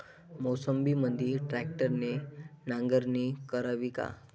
मोसंबीमंदी ट्रॅक्टरने नांगरणी करावी का?